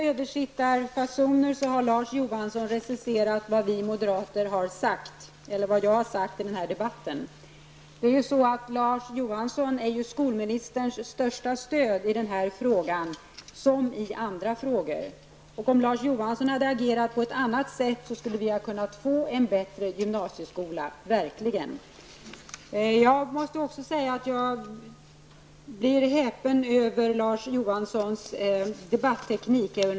Herr talman! Med sedvanliga översittarfasoner recenserade Larz Johansson det som jag har sagt i denna debatt. Larz Johansson är ju skolministerns starkaste stöd i den här frågan, liksom i andra frågor. Om Larz Johansson hade agerat på ett annat sätt, skulle vi verkligen kunna få en bättre gymnasieskola. Även om jag borde vara van blev jag ändå häpen över Larz Johanssons debatteknik.